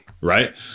right